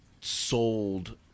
sold